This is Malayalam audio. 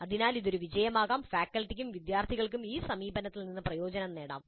അതിനാൽ ഇത് ഒരു വിജയമാകാം ഫാക്കൽറ്റിക്കും വിദ്യാർത്ഥികൾക്കും ഈ സമീപനത്തിൽ നിന്ന് പ്രയോജനം നേടാം